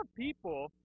people